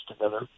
together